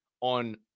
on